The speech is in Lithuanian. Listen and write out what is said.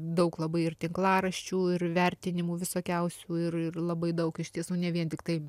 daug labai ir tinklaraščių ir vertinimų visokiausių ir ir labai daug iš tiesų ne vien tiktai